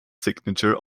signature